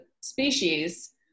species